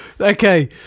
Okay